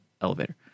elevator